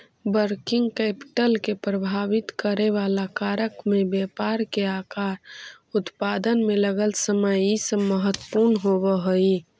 working capital के प्रभावित करेवाला कारक में व्यापार के आकार, उत्पादन में लगल समय इ सब महत्वपूर्ण होव हई